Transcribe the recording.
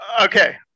Okay